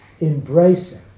Embracing